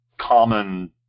common